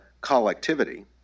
collectivity